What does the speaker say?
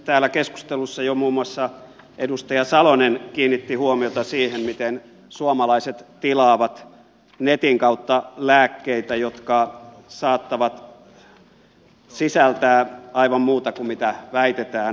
täällä keskustelussa jo muun muassa edustaja salonen kiinnitti huomiota siihen miten suomalaiset tilaavat netin kautta lääkkeitä jotka saattavat sisältää aivan muuta kuin mitä väitetään